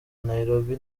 nairobi